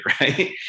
right